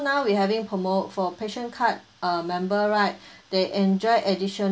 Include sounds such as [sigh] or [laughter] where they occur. now we having promo for passion card uh member right [breath] they enjoy additional